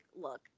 look